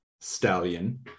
stallion